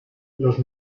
los